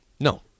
No